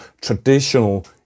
traditional